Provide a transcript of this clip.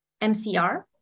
MCR